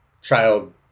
child